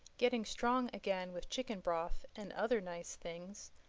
getting strong again with chicken broth and other nice things,